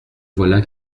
voilà